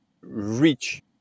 rich